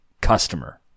customer